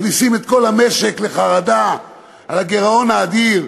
מכניסים את כל המשק לחרדה על הגירעון האדיר,